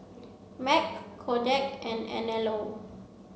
Mac Kodak and Anello